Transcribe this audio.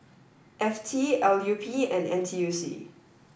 F T L U P and N T U C